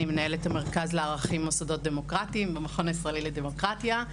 אני מנהלת המרכז לערכים ולמוסדות דמוקרטיים במכון הישראלי לדמוקרטיה.